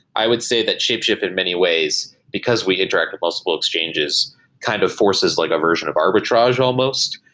i would say that shapeshift in many ways, because we interact with possible exchanges kind of forces like a version of arbitrage almost,